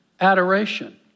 adoration